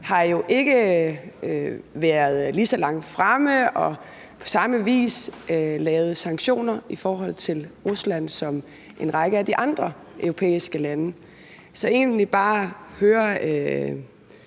har jo ikke været lige så langt fremme og på samme vis lavet sanktioner i forhold til Rusland, som en række af de andre europæiske lande har, så jeg vil egentlig bare høre